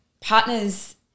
partners